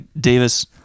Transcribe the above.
Davis